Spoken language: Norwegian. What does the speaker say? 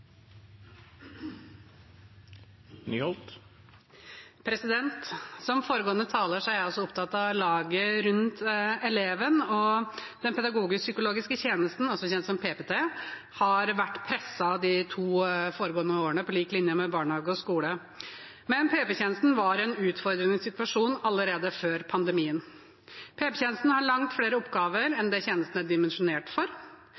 jeg også opptatt av laget rundt eleven, og den pedagogisk-psykologiske tjenesten, også kjent som PPT, har vært presset de to foregående årene, på lik linje med barnehage og skole. Men PP-tjenesten var i en utfordrende situasjon allerede før pandemien. PP-tjenesten har langt flere oppgaver enn det tjenesten er dimensjonert for.